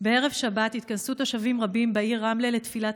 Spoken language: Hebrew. בערב שבת התכנסו תושבים רבים בעיר רמלה לתפילת